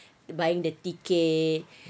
buying the ticket